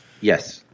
Yes